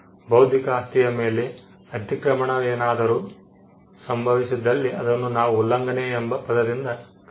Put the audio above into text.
ಬೌದ್ಧಿಕ ಆಸ್ತಿಯ ಮೇಲೆ ಅತಿಕ್ರಮಣವೇನಾದರು ಸಂಭವಿಸಿದ್ದಲ್ಲಿ ಅದನ್ನು ನಾವು ಉಲ್ಲಂಘನೆ ಎಂಬ ಪದದಿಂದ ಕರೆಯುತ್ತೇವೆ